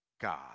God